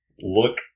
look